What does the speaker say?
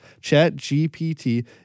ChatGPT